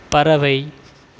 பறவை